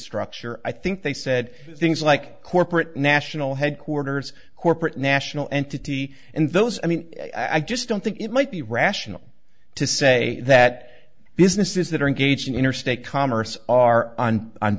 structure i think they said things like corporate national headquarters corporate national entity and those i mean i just don't think it might be rational to say that businesses that are engaged in interstate commerce are on